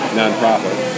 nonprofit